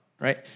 right